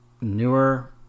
newer